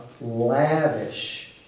lavish